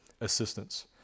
assistance